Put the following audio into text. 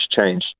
change